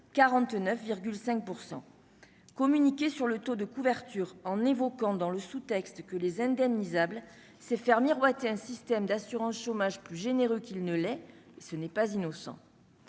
100 communiquer sur le taux de couverture en évoquant dans le sous-texte que les indemnisables c'est faire miroiter un système d'assurance chômage plus généreux qu'il ne l'est, ce n'est pas innocent